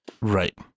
Right